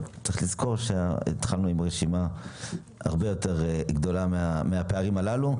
אבל צריך לזכור שהתחלנו עם רשימה הרבה יותר גדולה מהפערים הללו.